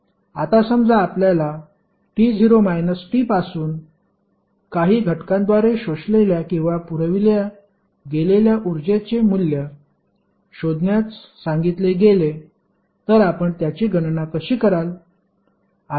आता समजा आपल्याला t0 - t पासून काही घटकाद्वारे शोषलेल्या किंवा पुरविल्या गेलेल्या उर्जेचे मूल्य शोधण्यास सांगितले गेले तर आपण त्याची गणना कशी कराल